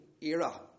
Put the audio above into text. era